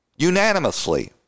Unanimously